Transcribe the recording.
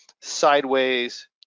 sideways